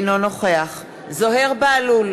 אינו נוכח זוהיר בהלול,